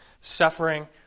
suffering